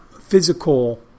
physical